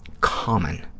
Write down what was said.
common